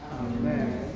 amen